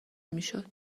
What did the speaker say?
میشد